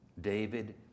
David